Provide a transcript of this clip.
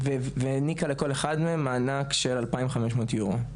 והעניקה לכל אחד מהם מענק של 2,500 אירו.